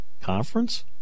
conference